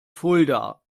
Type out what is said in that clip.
fulda